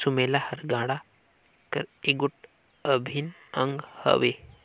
सुमेला हर गाड़ा कर एगोट अभिन अग हवे